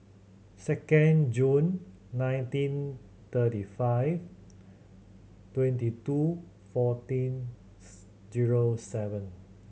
second Jun nineteen thirty five twenty two fourteen zero seven